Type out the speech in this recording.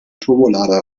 turbolader